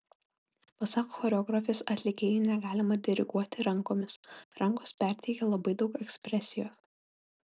pasak choreografės atlikėjui negalima diriguoti rankomis rankos perteikia labai daug ekspresijos